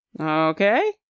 Okay